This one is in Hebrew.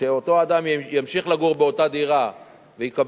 כדי שאותו אדם ימשיך לגור באותה דירה ויקבל